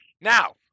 now